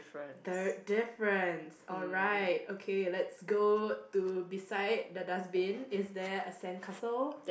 third difference alright okay let's go to beside the dustbin is there a sandcastle